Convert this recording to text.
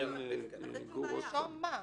אגרה בשלב הזה.